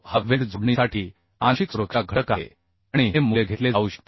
हा वेल्ड जोडणीसाठी आंशिक सुरक्षा घटक आहे आणि हे मूल्य घेतले जाऊ शकते